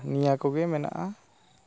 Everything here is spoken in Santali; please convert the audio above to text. ᱱᱤᱭᱟᱹ ᱠᱚᱜᱮ ᱢᱮᱱᱟᱜᱼᱟ